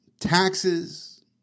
taxes